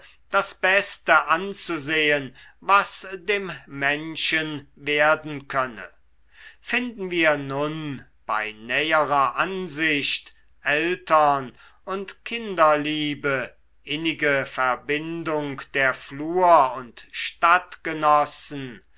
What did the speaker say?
das beste anzusehen was dem menschen werden könne finden wir nun bei näherer ansicht eltern und kinderliebe innige verbindung der flur und